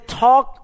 talk